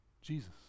Jesus